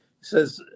says